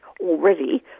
already